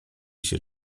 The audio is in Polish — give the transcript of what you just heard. się